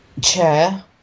Chair